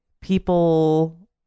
people